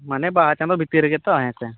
ᱢᱟᱱᱮ ᱵᱟᱨ ᱪᱟᱸᱫᱳ ᱵᱷᱤᱛᱤᱨ ᱨᱮᱜᱮᱛᱚ ᱦᱮᱸᱥᱮ